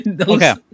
okay